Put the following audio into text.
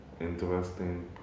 interesting